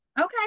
okay